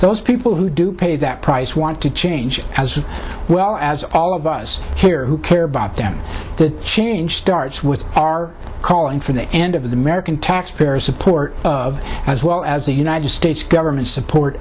those people who do pay that price want to change as well as all of us here who care about them the change starts with our calling for the end of the american taxpayer support of as well as the united states government support